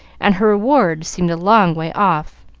and her reward seemed a long way off.